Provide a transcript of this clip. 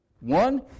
One